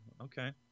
Okay